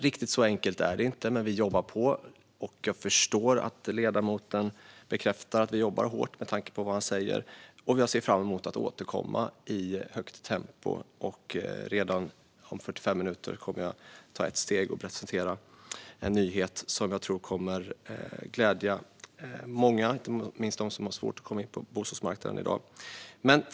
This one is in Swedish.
Riktigt så enkelt är det inte, men vi jobbar på. Jag förstår att ledamoten bekräftar att vi jobbar hårt med tanke på vad han säger, och jag ser fram emot att återkomma i högt tempo. Redan om 45 minuter kommer jag att ta ett steg och presentera en nyhet som jag tror kommer att glädja många, inte minst dem som har svårt att komma in på bostadsmarknaden i dag.